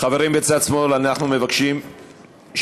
חברים בצד שמאל, אנחנו מבקשים שקט.